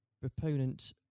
proponent